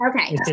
Okay